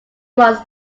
was